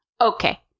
Okay